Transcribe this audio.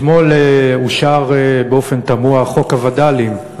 אתמול אושר באופן תמוה חוק הווד"לים,